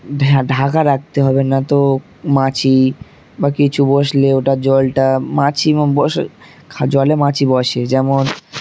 ঢাকা রাখতে হবে না তো মাছি বা কিছু বসলে ওটা জল টা মাছি বসে জলে মাছি বসে যেমন